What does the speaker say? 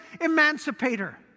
emancipator